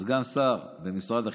לסגן שר במשרד החינוך.